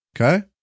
okay